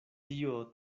tio